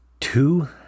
Two